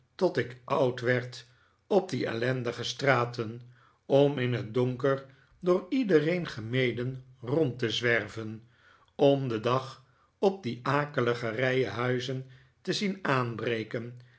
tot ik oud werd op die ellendige straten om in het donker door iedereen gemeden rond te zwerven om den dag op die akelige rijen huizen te zien aanbreken